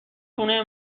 خونه